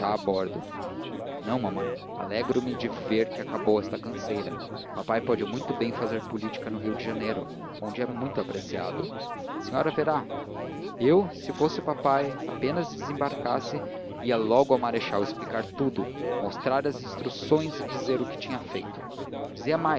bordo não mamãe alegro me de ver que acabou esta canseira papai pode muito bem fazer política no rio de janeiro onde é muito apreciado a senhora verá eu se fosse papai apenas desembarcasse ia logo ao marechal explicar tudo mostrar as instruções e dizer o que tinha feito dizia